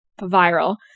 viral